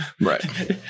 Right